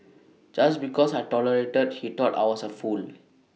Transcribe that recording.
just because I tolerated he thought I was A fool